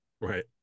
right